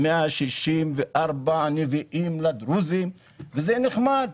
164 נביאים לדרוזים וזה נחמד,